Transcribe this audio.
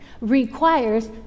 requires